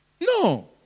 No